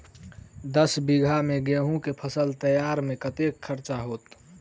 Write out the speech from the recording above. दस बीघा मे गेंहूँ केँ फसल तैयार मे कतेक खर्चा हेतइ?